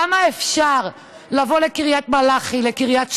כמה אפשר לבוא לקריית מלאכי, לקריית שמונה,